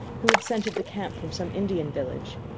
who had scented the camp from some indian village.